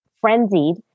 frenzied